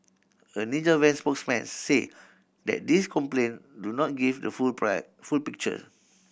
a Ninja Van spokesman say that these complaint do not give the full pride full picture